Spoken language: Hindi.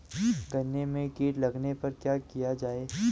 गन्ने में कीट लगने पर क्या किया जाये?